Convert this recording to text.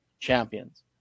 champions